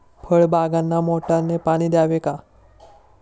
फळबागांना मोटारने पाणी द्यावे का?